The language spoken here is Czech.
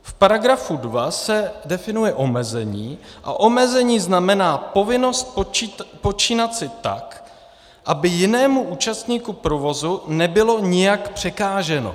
V § 2 se definuje omezení a omezení znamená povinnost počínat si tak, aby jinému účastníku provozu nebylo nijak překáženo.